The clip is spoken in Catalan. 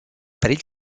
perill